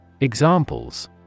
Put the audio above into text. Examples